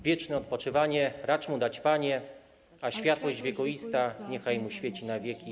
Wieczne odpoczywanie racz mu dać, Panie, a światłość wiekuista niechaj mu świeci na wieki.